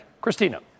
Christina